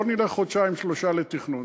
לא נלך חודשיים-שלושה לתכנון.